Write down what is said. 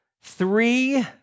three